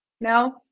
no